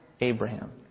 Abraham